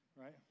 right